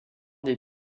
des